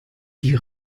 die